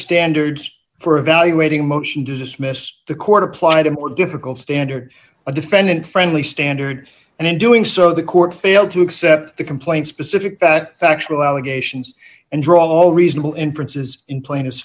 standards for evaluating a motion to dismiss the court applied a more difficult standard a defendant friendly standard and in doing so the court failed to accept the complaint specific that factual allegations and draw all reasonable inferences in plain as